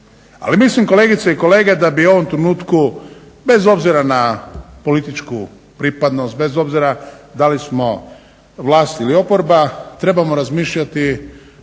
Ali mislim, kolegice i kolege, da bi u ovom trenutku bez obzira na političku pripadnost, bez obzira da li smo vlast ili oporba trebamo razmišljati